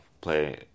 play